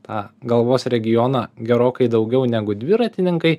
tą galvos regioną gerokai daugiau negu dviratininkai